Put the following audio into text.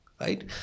right